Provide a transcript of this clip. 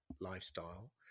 lifestyle